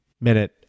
minute